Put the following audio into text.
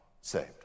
saved